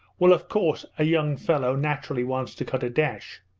well, of course, a young fellow naturally wants to cut a dash.